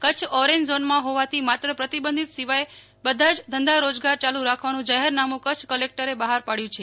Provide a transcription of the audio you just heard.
Kutch orange ઝોનમાં હોવાથી માત્ર પ્રતિબંધિત સિવાય બધા જ ધંધા રીજગાર યાલુ રાખવાનું જાહેરનામું કચ્છ કલેકટરે બહાર પાડ્યું છે